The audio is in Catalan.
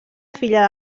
filla